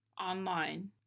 online